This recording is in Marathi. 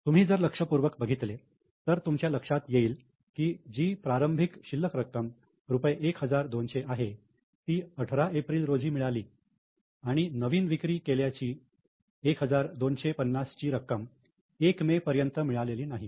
तुम्ही जर लक्षपुर्वक बघितले तर तुमच्या लक्षात येईल की जी प्रारंभिक शिल्लक रक्कम रुपये 1200 आहे ती 18 एप्रिल रोजी मिळाली आणि नवीन विक्री केल्याची 1250 ची रक्कम 1 मे पर्यंत मिळालेली नाही